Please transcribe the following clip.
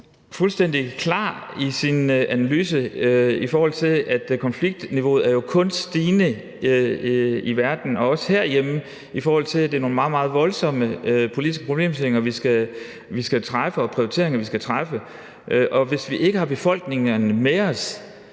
fuldstændig klar i sin analyse af, at konfliktniveauet kun er stigende i verden og også herhjemme, i forhold til at det er nogle meget, meget voldsomme politiske problemstillinger, vi skal tackle, og prioriteringer, vi skal foretage. Og hvis vi ikke har befolkningerne med os,